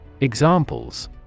Examples